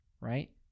right